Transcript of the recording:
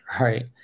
right